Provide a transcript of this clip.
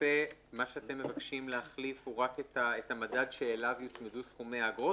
למעשה אתם מבקשים להחליף רק את המדד שאליו יוצמדו סכומי האגרות